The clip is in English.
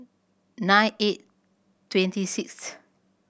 nine eight twenty sixth